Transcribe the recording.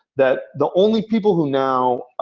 that the only people who now,